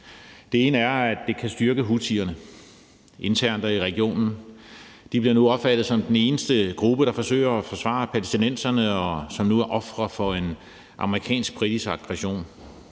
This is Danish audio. Den ene er, at det kan styrke houthierne internt og i regionen. De bliver nu opfattet som den eneste gruppe, der forsøger at forsvare palæstinenserne, og som nu er ofre for en amerikansk-britisk aggression.